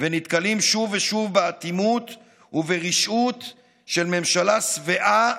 ונתקלים שוב ושוב באטימות וברשעות של ממשלה שבעה,